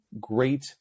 great